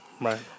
right